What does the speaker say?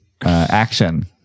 action